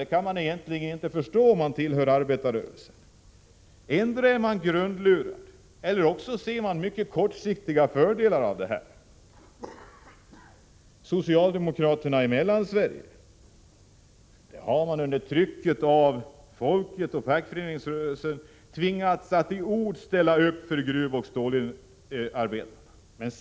Det kan man egentligen inte förstå om man tillhör arbetarrörelsen. Antingen har man blivit grundlurad eller också ser man mycket kortsiktiga fördelar i detta. Socialdemokraterna i Mellansverige har under trycket av folket och fackföreningsrörelsen tvingats att i ord ställa upp för gruvoch stålarbetarna.